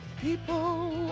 People